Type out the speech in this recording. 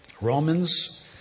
Romans